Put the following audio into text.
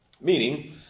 Meaning